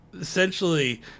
essentially